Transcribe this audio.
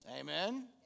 Amen